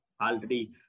already